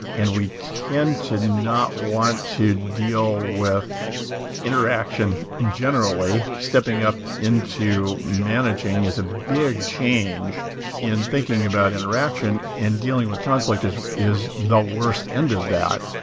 and we tend to not want to deal with interaction generally. stepping up into managing as a big change in thinking about interaction, and dealing with conflict is is the worst end of that.